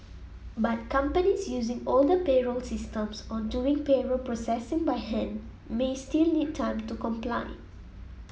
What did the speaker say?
but companies using older payroll systems or doing payroll processing by hand may still need time to comply